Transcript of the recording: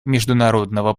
международного